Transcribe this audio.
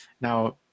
Now